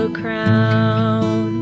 crown